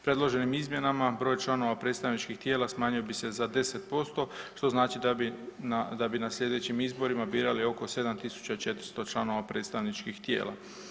Predloženim izmjenama broj članova predstavničkih tijela smanjio bi se za 10% što znači da bi na sljedećim izborima birali oko 7.400 članova predstavničkih tijela.